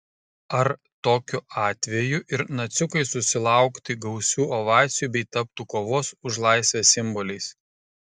ar tokiu atveju ir naciukai susilaukti gausių ovacijų bei taptų kovos už laisvę simboliais